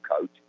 coach